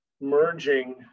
merging